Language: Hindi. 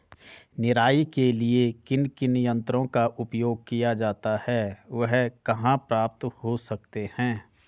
निराई के लिए किन किन यंत्रों का उपयोग किया जाता है वह कहाँ प्राप्त हो सकते हैं?